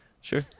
Sure